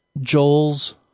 Joel's